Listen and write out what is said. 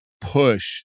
push